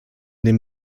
dem